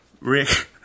Rick